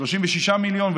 36 מיליון,